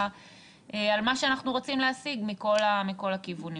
מה שאנחנו רוצים להשיג מכל הכיוונים.